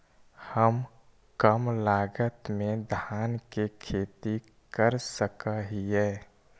हम कम लागत में धान के खेती कर सकहिय?